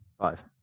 Five